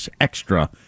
extra